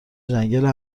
جنگل